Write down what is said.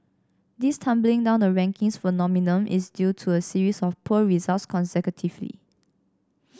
this tumbling down the rankings phenomenon is due to a series of poor results consecutively